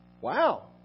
Wow